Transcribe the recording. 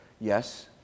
Yes